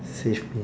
save me